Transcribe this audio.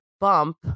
bump